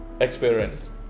experience